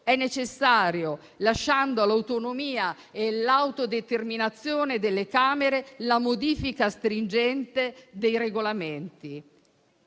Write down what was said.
necessario, lasciando all'autonomia e all'autodeterminazione delle Camere la modifica stringente dei Regolamenti.